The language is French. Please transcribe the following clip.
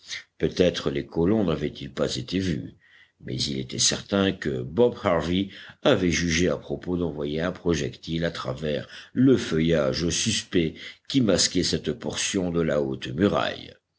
peut-être les colons n'avaient-ils pas été vus mais il était certain que bob harvey avait jugé à propos d'envoyer un projectile à travers le feuillage suspect qui masquait cette portion de la haute muraille